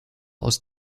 aus